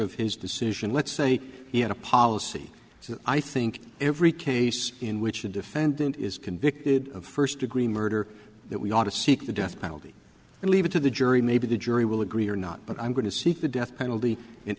of his decision let's say in a policy so i think every case in which a defendant is convicted of first degree murder that we ought to seek the death penalty and leave it to the jury maybe the jury will agree or not but i'm going to seek the death penalty in